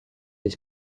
des